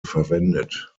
verwendet